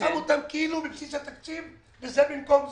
שמו אותם כאילו בבסיס התקציב וזה במקום זה.